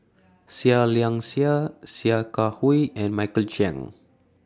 Seah Liang Seah Sia Kah Hui and Michael Chiang